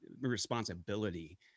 responsibility